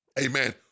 Amen